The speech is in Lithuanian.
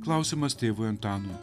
klausimas tėvui antanui